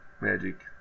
magic